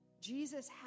Jesus